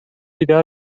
بیدار